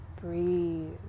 breathe